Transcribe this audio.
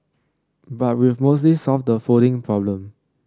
but we've mostly solved the folding problem